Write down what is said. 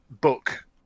book